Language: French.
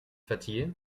fatigué